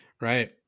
Right